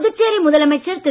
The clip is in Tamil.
புதுச்சேரி முதலமைச்சர் திரு